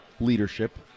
leadership